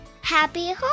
happy